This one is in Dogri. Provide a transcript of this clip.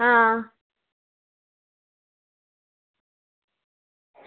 आं